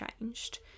changed